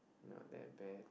not that bad